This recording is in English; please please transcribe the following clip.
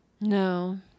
No